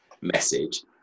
message